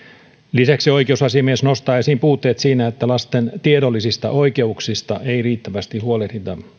lisäksi oikeusasiamies nostaa esiin puutteet siinä että lasten tiedollisista oikeuksista ei riittävästi huolehdita